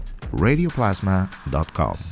radioplasma.com